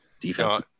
defense